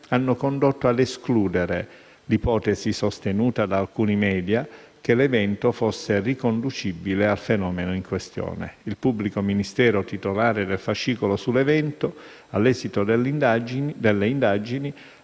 hanno condotto ad escludere l'ipotesi, sostenuta da alcuni *media*, che l'evento fosse riconducibile al fenomeno in questione. Il pubblico ministero titolare del fascicolo sull'evento, all'esito delle indagini,